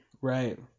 Right